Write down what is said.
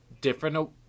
different